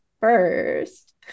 first